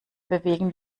bewegen